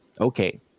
Okay